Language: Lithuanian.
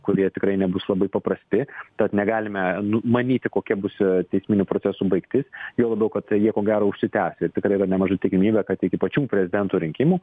kurie tikrai nebus labai paprasti tad negalime numanyti kokia bus teisminių procesų baigtis juo labiau kad jie ko gero užsitęs ir tikrai dar nemaža tikimybė kad iki pačių prezidento rinkimų